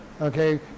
Okay